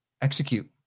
Execute